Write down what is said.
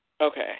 Okay